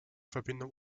verbindung